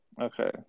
Okay